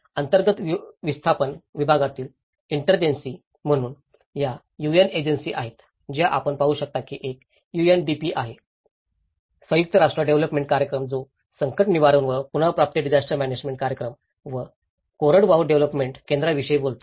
अंतर्गत विस्थापन विभागातील इंटरेन्सी म्हणून या यूएन एजन्सी आहेत ज्या आपण पाहू शकता की एक यूएनडीपी आहे संयुक्त राष्ट्र डेव्हलोपमेंट कार्यक्रम जो संकट निवारण व पुनर्प्राप्ती डिजास्टर म्यानेजमेंट कार्यक्रम व कोरडवाहू डेव्हलोपमेंट केंद्राविषयी बोलतो